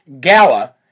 gala